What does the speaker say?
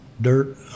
dirt